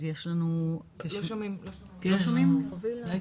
אז יש לנו כ-80 מדריכים ביחידה ויועצים